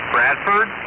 Bradford